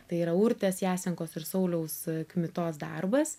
tai yra urtės jasenkos ir sauliaus kmitos darbas